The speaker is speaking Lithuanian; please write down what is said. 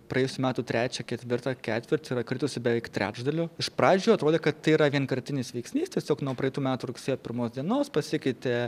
praėjusių metų trečią ketvirtą ketvirtį yra kritusi beveik trečdaliu iš pradžių atrodė kad tai yra vienkartinis veiksnys tiesiog nuo praeitų metų rugsėjo pirmos dienos pasikeitė